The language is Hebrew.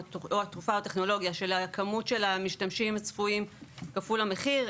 הטכנולוגיה לפי כמות המשתמשים הצפויים כפול המחיר,